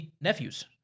nephews